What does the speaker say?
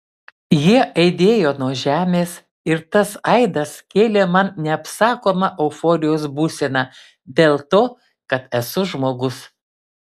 jie aidėjo nuo žemės ir tas aidas kėlė man neapsakomą euforijos būseną dėl to kad esu žmogus